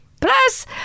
plus